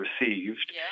received